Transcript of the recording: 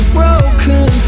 broken